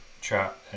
chat